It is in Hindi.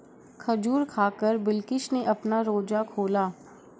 खजूर खाकर बिलकिश ने अपना रोजा खोला